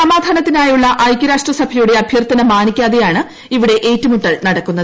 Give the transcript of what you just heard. സമാധാനത്തിനായുള്ള ഐക്യരാഷ്ട്ര സഭയുടെ അഭ്യർത്ഥന മാനിക്കാതെയാണ് ഇവിടെ ഏറ്റുമുട്ടൽ നടക്കുന്നത്